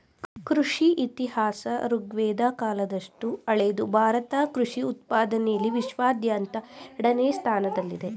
ಕೃಷಿ ಇತಿಹಾಸ ಋಗ್ವೇದ ಕಾಲದಷ್ಟು ಹಳೆದು ಭಾರತ ಕೃಷಿ ಉತ್ಪಾದನೆಲಿ ವಿಶ್ವಾದ್ಯಂತ ಎರಡನೇ ಸ್ಥಾನದಲ್ಲಿದೆ